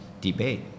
debate